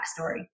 backstory